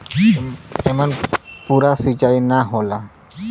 एमन पूरा सींचाई ना होला